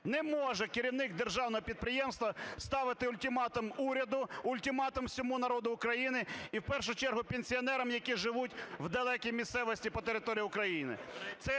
Не може керівник державного підприємства ставити ультиматум уряду, ультиматум всьому народу України і в першу чергу пенсіонерам, які живуть в далекій місцевості по території України.